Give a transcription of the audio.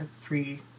three